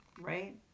right